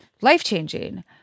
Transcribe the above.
life-changing